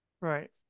Right